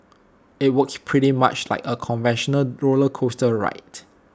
IT works pretty much like A conventional roller coaster ride